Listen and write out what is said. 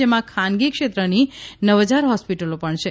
તેમાં ખાનગી ક્ષેત્રની નવ હજાર હોસ્પિટલો પણ છે